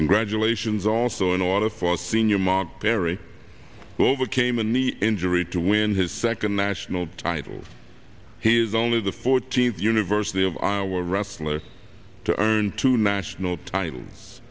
congratulations also in order for senior mark perry who overcame a knee injury to win his second national title he is only the fourteenth university of our wrestler to earn two national titles